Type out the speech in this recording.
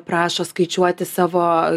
prašo skaičiuoti savo